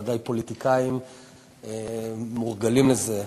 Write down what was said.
פוליטיקאים בוודאי מורגלים לזה.